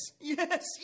yes